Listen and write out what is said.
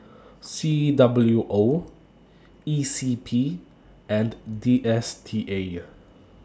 C W O E C P and D S T A